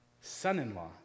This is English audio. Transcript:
son-in-law